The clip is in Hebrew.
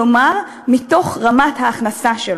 כלומר מתוך רמת ההכנסה שלו.